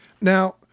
now